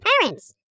parents